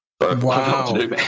Wow